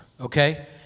Okay